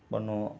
பண்ணுவோம்